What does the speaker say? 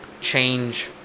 change